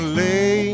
lay